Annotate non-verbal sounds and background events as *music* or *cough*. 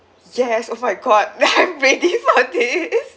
yes oh my god *laughs* I'm ready for this